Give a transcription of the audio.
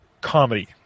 comedy